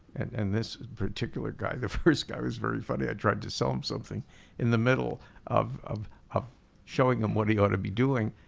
and this particular guy, the first guy was very funny i tried to sell him something in the middle of of showing him what he ought to be doing,